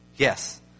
Yes